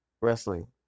wrestling